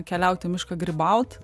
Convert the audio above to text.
keliaut į mišką grybaut